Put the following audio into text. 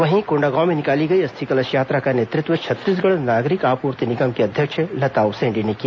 वहीं कोंडागांव में निकाली गई अस्थि कलश यात्रा का नेतृत्व छत्तीसगढ़ नागरिक आपूर्ति निगम की अध्यक्ष लता उसेण्डी ने किया